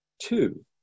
two